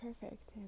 Perfect